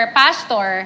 pastor